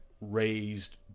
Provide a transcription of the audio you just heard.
raised